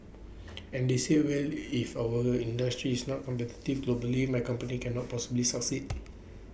and they said well if our industry is not competitive globally my company cannot possibly succeed